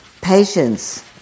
patience